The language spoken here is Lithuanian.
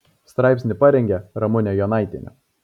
straipsnį parengė ramūnė jonaitienė